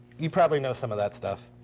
you probably know some of that stuff.